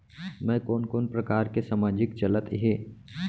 मैं कोन कोन प्रकार के सामाजिक चलत हे?